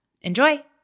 Enjoy